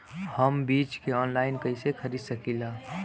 हम बीज के आनलाइन कइसे खरीद सकीला?